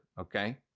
Okay